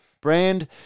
brand